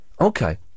Okay